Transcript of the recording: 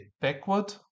backward